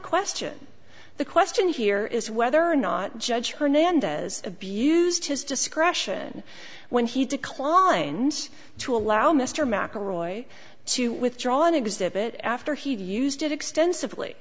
question the question here is whether or not judge hernandez abused his discretion when he declines to allow mr mcelroy to withdraw an exhibit after he used it extensively